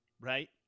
right